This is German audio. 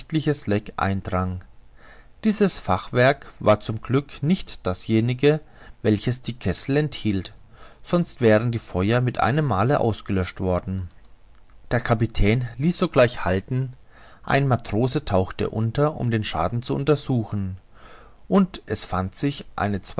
eindrang dieses fachwerk war zum glück nicht dasjenige welches die kessel enthielt sonst wären die feuer mit einem male ausgelöscht worden der kapitän ließ sogleich halten ein matrose tauchte unter um den schaden zu untersuchen und es fand sich ein